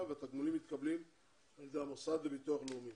והתגמולים מתקבלים על ידי המוסד לביטוח לאומי.